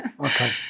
okay